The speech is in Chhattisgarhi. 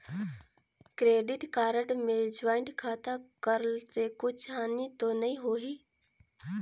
क्रेडिट कारड मे ज्वाइंट खाता कर से कुछ हानि तो नइ होही?